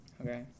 Okay